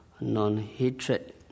non-hatred